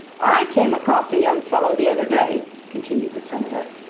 i came across a young fellow the other day, continued the senator,